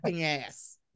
ass